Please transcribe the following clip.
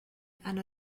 and